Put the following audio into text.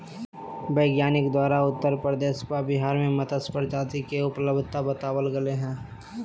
वैज्ञानिक द्वारा उत्तर प्रदेश व बिहार में मत्स्य प्रजाति के उपलब्धता बताबल गले हें